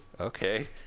Okay